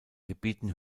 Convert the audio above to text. gebieten